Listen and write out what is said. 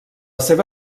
seva